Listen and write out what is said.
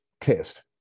test